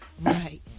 Right